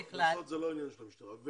קנסות זה לא עניין של המשטרה.